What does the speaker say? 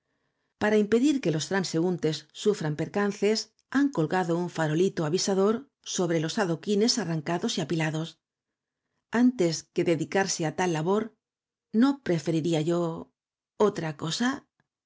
para impedir que los transeúntes sufran percances han colgado un farolito avisador sobre los adoquines arrancados y apilados antes que d e dicarse á tal labor no preferiría y o otra cosa